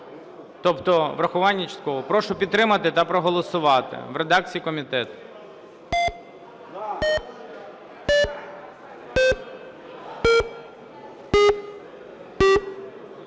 тобто врахування частково. Прошу підтримати та проголосувати в редакції комітету.